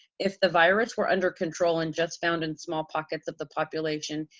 if the virus were under control and just found in small pockets of the population,